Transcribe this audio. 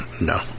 no